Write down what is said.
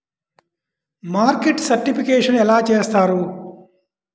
Market certification ఎలా చేస్తారు?